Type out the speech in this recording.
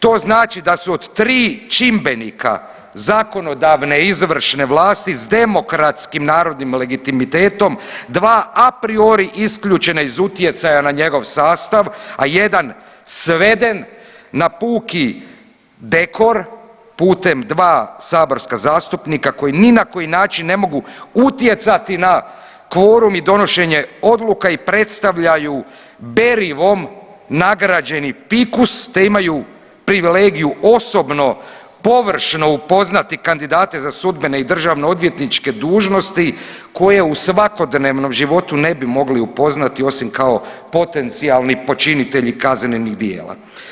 To znači da su od tri čimbenika zakonodavne izvršne vlasti s demokratskim narodnim legitimitetom, dva a prirori isključena iz utjecaja na njegov sastav, a jedan sveden na puki dekor putem dva saborska zastupnika koji ni na koji način ne mogu utjecati na kvorum i donošenje odluka o predstavljaju … nagrađeni fikus te imaju privilegiju osobno površno upoznati kandidate za sudbene i državno odvjetničke dužnosti koje u svakodnevnom životu ne bi mogli upoznati osim kao potencijalni počinitelji kaznenih djela.